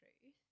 truth